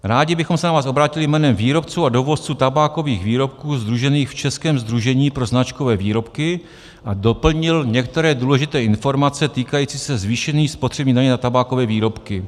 Rádi bychom se na vás obrátili jménem výrobců a dovozců tabákových výrobků sdružených v Českém sdružení pro značkové výrobky a doplnili některé důležité informace týkající se zvýšení spotřební daně na tabákové výrobky.